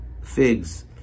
figs